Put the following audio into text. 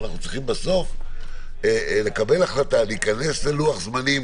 צריך בסוף להיכנס ללוח זמנים